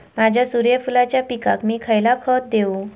माझ्या सूर्यफुलाच्या पिकाक मी खयला खत देवू?